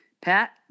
Pat